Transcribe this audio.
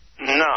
No